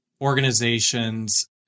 organizations